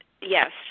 Yes